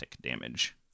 damage